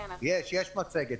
יש מצגת.